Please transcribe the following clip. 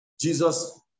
Jesus